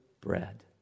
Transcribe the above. bread